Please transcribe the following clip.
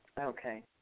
Okay